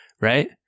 right